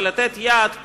ולתת יד,